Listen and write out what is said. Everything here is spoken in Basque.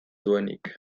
duenik